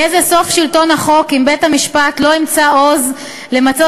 יהיה זה סוף שלטון החוק אם בית-המשפט לא ימצא עוז למצות